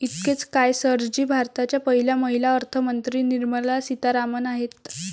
इतकेच काय, सर जी भारताच्या पहिल्या महिला अर्थमंत्री निर्मला सीतारामन आहेत